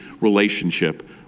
relationship